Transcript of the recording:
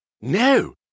no